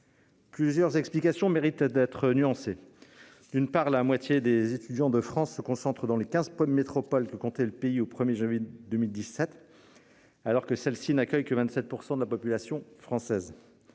Plusieurs explications méritent d'être nuancées. D'une part, la moitié des étudiants de France se concentre dans les quinze métropoles que comptait le pays au 1 janvier 2017, alors que celles-ci n'accueillent que 27 % de la population française.